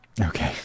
Okay